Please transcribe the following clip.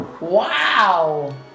Wow